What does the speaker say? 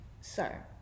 Sir